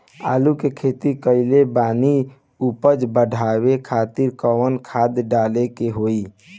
आलू के खेती कइले बानी उपज बढ़ावे खातिर कवन खाद डाले के होई?